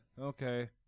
Okay